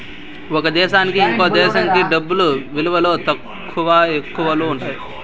ఒక దేశానికి ఇంకో దేశంకి డబ్బు విలువలో తక్కువ, ఎక్కువలు ఉంటాయి